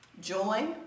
Joy